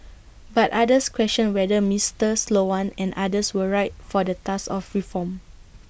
but others questioned whether Mister Sloan and others were right for the task of reform